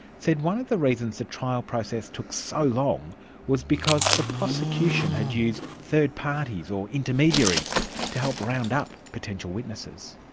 said one of the reasons the trial process took so long was because the prosecution had used third parties or intermediaries to help round up potential witnesses.